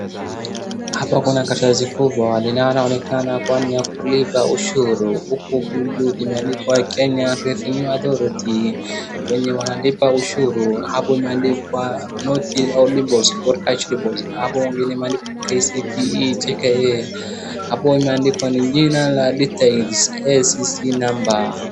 Hapa kuna karatasi kubwa linaonekana kuwa ni ya kulipa ushuru, huku juu imeandikwa Kenya Revenue Authority . Wenye wanalipa ushuru. Hapo imeandikwa not audible, or cash deposit . Hapo nyingine imeandikwa KCPE cheque . Hapo imeandikwa ni jina la details , ACC number .